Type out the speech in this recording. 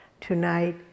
Tonight